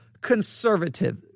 conservative